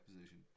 position